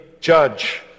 judge